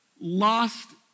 lost